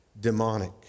demonic